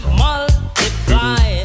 multiply